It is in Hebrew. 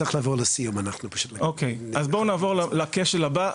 בואו נעבור לכשל הבא.